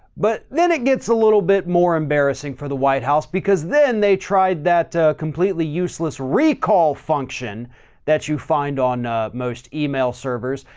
but then it gets a little bit more embarrassing for the white house because then they tried that. a completely useless recall function that you find on a most email servers,